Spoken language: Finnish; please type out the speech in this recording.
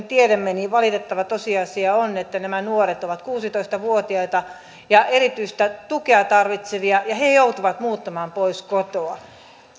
tiedämme valitettava tosiasia on että nämä nuoret ovat kuusitoista vuotiaita ja erityistä tukea tarvitsevia ja he joutuvat muuttamaan pois kotoa